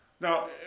Now